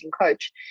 coach